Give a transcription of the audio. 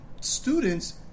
Students